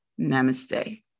namaste